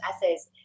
essays